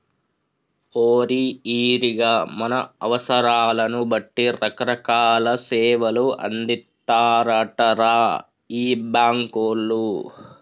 ఓరి ఈరిగా మన అవసరాలను బట్టి రకరకాల సేవలు అందిత్తారటరా ఈ బాంకోళ్లు